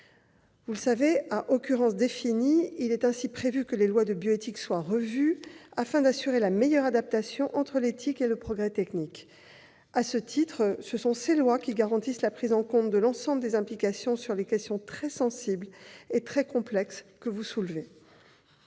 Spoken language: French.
mois. À échéances définies, il est ainsi prévu que les lois de bioéthique soient revues afin d'assurer la meilleure adaptation entre l'éthique et le progrès technique. À ce titre, ce sont ces lois qui garantissent la prise en compte de l'ensemble des implications des questions très sensibles et très complexes que vous soulevez.